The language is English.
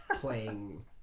playing